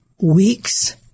weeks